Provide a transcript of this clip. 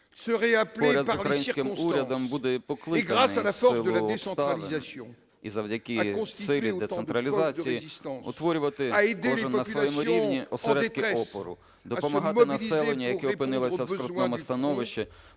поряд з українським урядом буде покликаний в силу обставин і завдяки силі децентралізації утворювати кожен на своєму рівні осередки опору, допомагати населенню, яке опинилося в скрутному становищі,